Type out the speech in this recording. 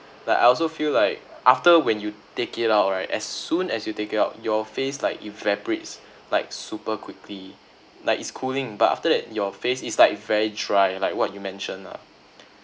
like I also feel like after when you take it out right as soon as you take it out your face like evaporates like super quickly like it's cooling but after that your face is like very dry like what you mentioned lah